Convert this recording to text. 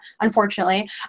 unfortunately